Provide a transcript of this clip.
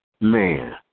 Man